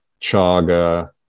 chaga